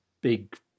big